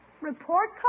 Report